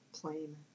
plain